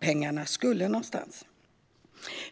Herr talman!